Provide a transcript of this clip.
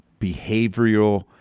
behavioral